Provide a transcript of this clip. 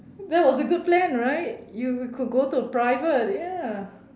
that was good plan right you could go to a private ya